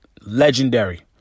Legendary